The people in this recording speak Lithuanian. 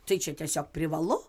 tai čia tiesiog privalu